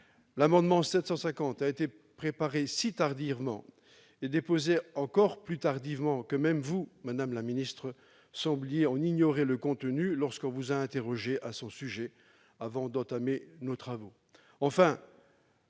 L'amendement n° 750 a été préparé tardivement et déposé encore plus tardivement, si bien que vous-même, madame la ministre, sembliez en ignorer le contenu lorsque nous vous avons interrogée à son sujet avant d'entamer nos travaux.